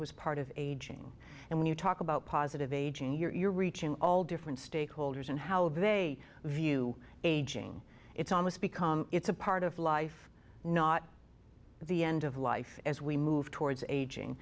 was part of aging and when you talk about positive aging you're reaching all different stakeholders in how they view aging it's almost become it's a part of life not the end of life as we move towards aging